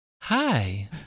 hi